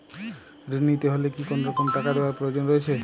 ঋণ নিতে হলে কি কোনরকম টাকা দেওয়ার প্রয়োজন রয়েছে?